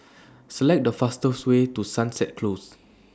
Select The fastest Way to Sunset Closes